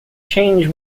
change